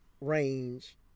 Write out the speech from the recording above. range